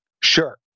Sure